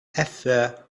affair